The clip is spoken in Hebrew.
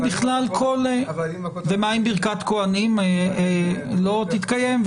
ומה עם ברכת כוהנים, לא תתקיים?